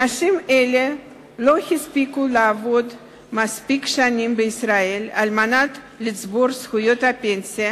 אנשים אלה לא הספיקו לעבוד מספיק שנים בישראל כדי לצבור זכויות פנסיה